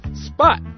spot